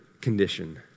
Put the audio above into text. condition